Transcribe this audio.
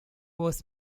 was